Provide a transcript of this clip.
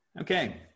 Okay